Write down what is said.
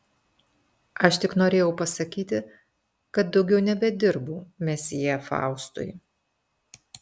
aš tik norėjau pasakyti kad daugiau nebedirbu mesjė faustui